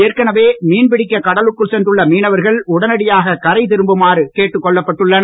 ஏற்கனவே மீன் பிடிக்க கடலுக்குள் சென்றுள்ள மீனவர்கள் உடனடியாக கரை திரும்புமாறு கேட்டுக் கொள்ளப்பட்டு உள்ளனர்